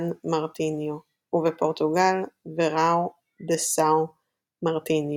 Martiño ובפורטוגל "Verão de São Martinho",